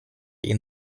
ihn